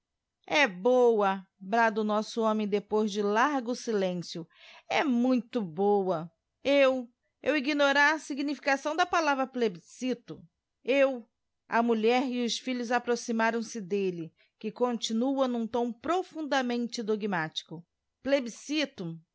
e boa brada o nosso homem depois de largo silencio é muito boa eu eu ignorar a significação da palavra pidnscito eu a mulher e os filhos approximaram se delle que contínua n'um tom profundamente dogmático